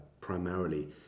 primarily